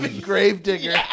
Gravedigger